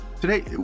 Today